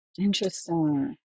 interesting